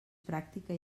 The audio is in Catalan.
pràctica